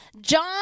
John